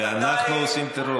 ואנחנו מגבילים שם את הדיג,